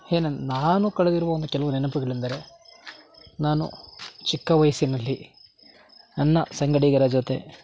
ಹೆ ನಾನು ಕಳೆದಿರುವ ಒಂದು ಕೆಲವು ನೆನಪುಗಳೆಂದರೆ ನಾನು ಚಿಕ್ಕ ವಯಸ್ಸಿನಲ್ಲಿ ನನ್ನ ಸಂಗಡಿಗರ ಜೊತೆ